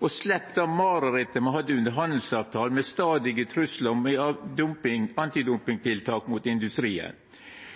og slepp det marerittet me hadde under handelsavtalen, med stadige truslar om antidumpingtiltak mot industrien.